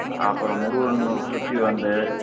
அப்புறம் முருகனை சுற்றி வந்து